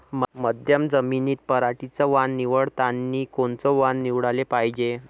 मध्यम जमीनीत पराटीचं वान निवडतानी कोनचं वान निवडाले पायजे?